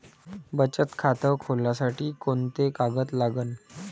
बचत खात खोलासाठी कोंते कागद लागन?